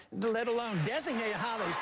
let alone designate how